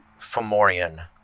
Fomorian